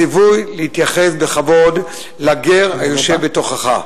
הציווי להתייחס בכבוד לגר היושב בתוכך.